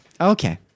Okay